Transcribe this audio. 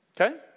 Okay